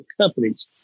companies